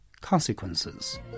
consequences